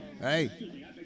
Hey